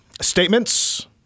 statements